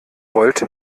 wollt